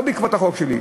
לא בעקבות החוק שלי.